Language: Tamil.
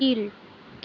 கீழ்